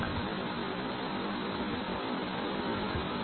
அந்த படம் ஒரு பக்கம் அது கீழே போகலாம் மறுபுறம் அது மேலே செல்லக்கூடும்